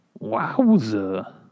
Wowza